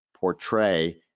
portray